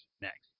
next